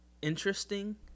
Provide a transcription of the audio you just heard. Interesting